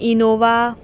Innova